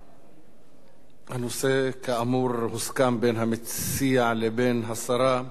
הנושא כאמור הוסכם בין המציע לבין השרה,